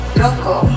loco